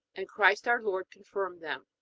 and christ our lord confirmed them.